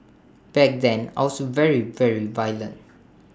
back then I was very very violent